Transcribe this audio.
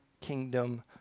kingdom